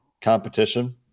competition